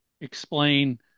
explain